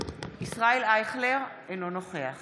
ישראל אייכלר, אינו נוכח